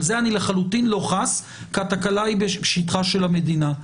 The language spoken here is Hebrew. על זה אני לחלוטין לא חס כי התקלה היא בשטחה של המדינה.